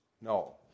No